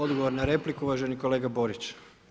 Odgovor na repliku uvaženi kolega Borić.